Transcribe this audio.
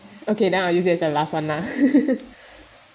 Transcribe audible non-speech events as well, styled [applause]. okay then I use it as the last one lah [laughs]